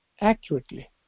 accurately